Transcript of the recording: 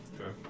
Okay